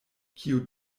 kiu